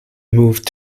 moved